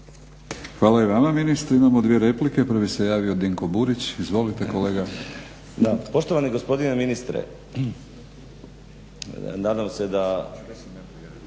Hvala i vama ministre. Imamo dvije replike. Prvi se javio Dinko Burić. Izvolite kolega. **Burić, Dinko (HDSSB)** Poštovani gospodine ministre, nadam se da,